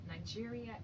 Nigeria